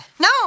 no